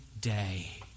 day